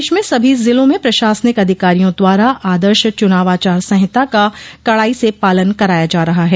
प्रदेश में सभी जिलों में प्रशासनिक अधिकारियों द्वारा आदर्श चुनाव आचार संहिता का कड़ाई से पालन कराया जा रहा है